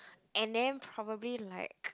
and then probably like